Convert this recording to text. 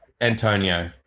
Antonio